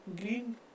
green